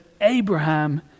Abraham